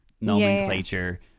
nomenclature